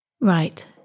Right